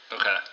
Okay